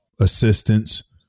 assistance